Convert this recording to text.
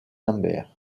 lambert